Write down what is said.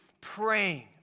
praying